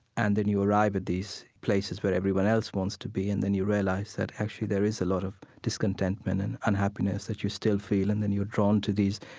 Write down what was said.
and then you arrive at these places where everyone else wants to be and then you realize that actually there is a lot of discontentment and unhappiness that you still feel and then you're drawn to these,